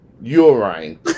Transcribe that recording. urine